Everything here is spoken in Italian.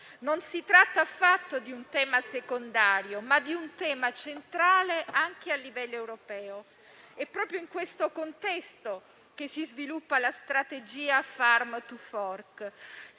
Non si tratta affatto di un tema secondario, ma di un tema centrale anche a livello europeo. È proprio in questo contesto che si sviluppa la strategia Farm to fork.